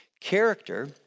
character